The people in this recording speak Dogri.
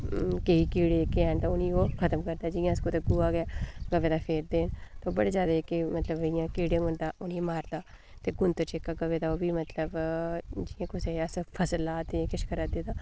केईं कीड़े जेह्के हैन ते उ'नें ई ओह् खत्म करदा जि'यां अस गोहा ऐ गोहा बगैरा फेरदे बड़े जैदा जेह्के मतलब इ'यां कीड़े होङन ते उ'नें ई मारदा ते गूंत्तर जेह्का गवें दा ओह् बी मतलब अस जि'यां कुसै ई अस फसल ला दे किश करै दे तां